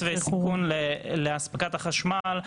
מצבי סיכון לאספקת החשמל,